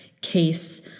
case